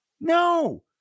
no